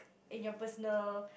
in your personal